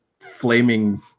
flaming